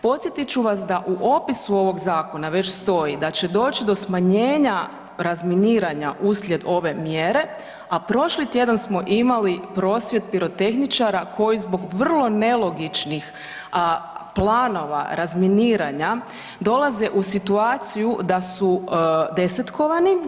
Podsjetit ću vas da u opisu ovoga zakona već stoji da će doći do smanjenja razminiranja uslijed ove mjere, a prošli tjedan smo imali prosvjed pirotehničara koji zbog vrlo nelogičnih planova razminiranja dolaze u situaciju da su desetkovani.